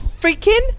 freaking